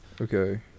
Okay